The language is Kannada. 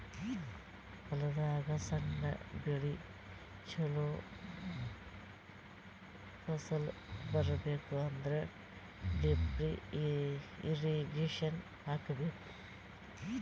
ಹೊಲದಾಗ್ ಸಣ್ಣ ಬೆಳಿ ಚೊಲೋ ಫಸಲ್ ಬರಬೇಕ್ ಅಂದ್ರ ಡ್ರಿಪ್ ಇರ್ರೀಗೇಷನ್ ಹಾಕಿಸ್ಬೇಕ್